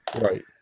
Right